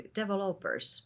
developers